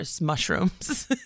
mushrooms